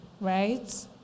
right